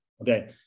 okay